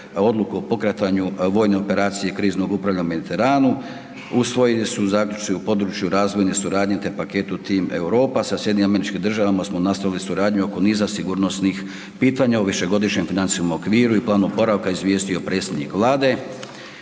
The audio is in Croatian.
odluku o pokretanju vojne operacije Kriznog upravljanja u Mediteranu, usvojeni su zaključci u području razvojne suradnje, te paketu Tim Europa, sa SAD-om smo nastavili suradnju oko niza sigurnosnih pitanja o višegodišnjem financijskom okviru i planu oporavka izvijestio predsjednik vlade.